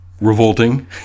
revolting